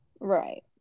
Right